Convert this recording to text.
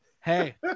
Hey